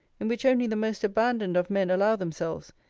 in which only the most abandoned of men allow themselves,